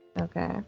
Okay